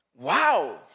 Wow